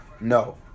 no